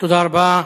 תודה רבה.